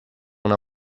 una